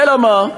אלא מה?